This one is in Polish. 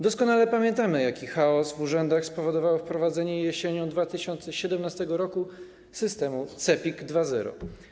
Doskonale pamiętamy, jaki chaos w urzędach spowodowało wprowadzenie jesienią 2017 r. systemu CEPiK 2.0.